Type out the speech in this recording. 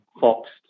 foxed